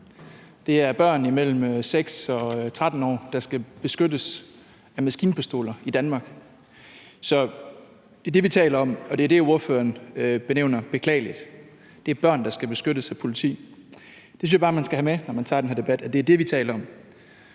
Det er børn imellem 6 og 13 år, der skal beskyttes af maskinpistoler i Danmark. Det er det, vi taler om, og det er det, ordføreren benævner beklageligt; det er børn, der skal beskyttes af politiet. Det synes jeg bare man skal have med, når man tager den her debat: at det er det, vi taler om.